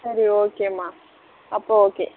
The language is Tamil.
சரி ஓகேம்மா அப்போ ஓகே